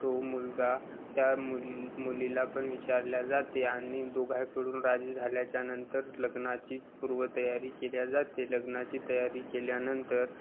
तो मुलगा त्या मुली मुलीला पण विचारले जाते आणि दोघाहीकडून राजी झाल्याच्यानंतर लग्नाची पूर्व तयारी केली जाते लग्नाची तयारी केल्यानंतर